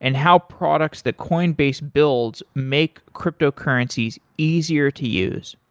and how products that coinbase builds make cryptocurrencies easier to use.